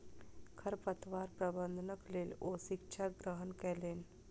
खरपतवार प्रबंधनक लेल ओ शिक्षा ग्रहण कयलैन